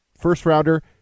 first-rounder